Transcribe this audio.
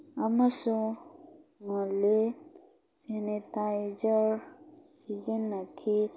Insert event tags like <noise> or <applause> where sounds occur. ꯑꯃꯁꯨꯡ <unintelligible> ꯁꯦꯅꯤꯇꯥꯏꯖꯔ ꯁꯤꯖꯤꯟꯅꯈꯤ